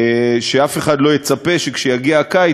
שאף אחד לא יצפה שכאשר יגיע הקיץ,